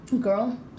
Girl